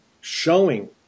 showing